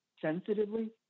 sensitively